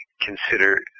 consider